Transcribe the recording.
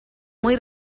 muy